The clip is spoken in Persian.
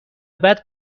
بعد